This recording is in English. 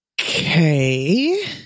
Okay